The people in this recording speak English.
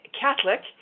Catholic